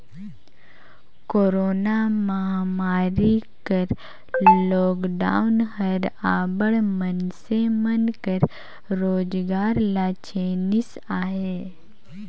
corona महमारी कर lockdown हर अब्बड़ मइनसे मन कर रोजगार ल छीनिस अहे